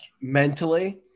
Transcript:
mentally